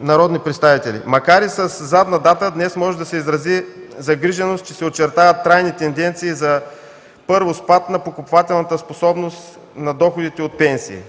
народни представители, макар и със задна дата днес може да се изрази загриженост, че се очертават трайни тенденции – първо, спад на покупателната способност на доходите от пенсии,